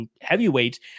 heavyweight